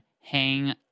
hang